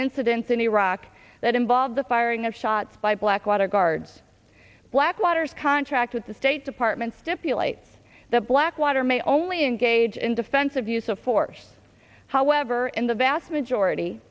incidents in iraq that involve the firing of shots by blackwater guards blackwater's contract with the state department stipulates that blackwater may only engage in defensive use of force however in the vast majority